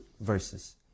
verses